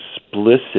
explicit